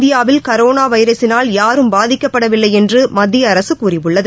இந்தியாவில் கரோணாவைரஸினால் யாரும் பாதிக்கப்படவில்லைஎன்றுமத்தியஅரசுகூறியுள்ளது